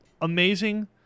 amazing